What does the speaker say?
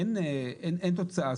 אין תוצאה.